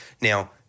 Now